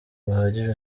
buhagije